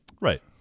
right